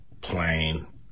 plain